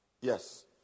Yes